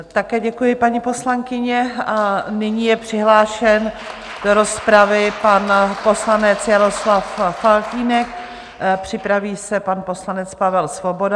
Také děkuji, paní poslankyně, a nyní je přihlášen do rozpravy pan poslanec Jaroslav Faltýnek, připraví se pan poslanec Pavel Svoboda.